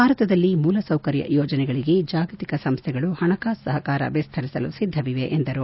ಭಾರತದಲ್ಲಿ ಮೂಲಸೌಕರ್ಯ ಯೋಜನೆಗಳಿಗೆ ಜಾಗತಿಕ ಸಂಸ್ಲೆಗಳು ಪಣಕಾಸು ಸಹಕಾರ ವಿಸ್ತರಿಸಲು ಸಿದ್ಧವಿವೆ ಎಂದರು